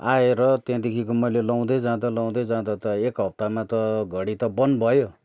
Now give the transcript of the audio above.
आएर त्यहाँदेखिको मैले लाउँदै जाँदा लाउँदै जाँदा त एक हप्तामा त घडी त बन्द भयो